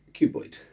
Cuboid